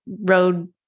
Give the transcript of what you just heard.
road